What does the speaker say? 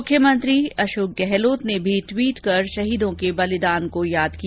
मुख्यमंत्री अशोक गहलोत ने ट्वीट कर शहीदों के बलिदान को याद किया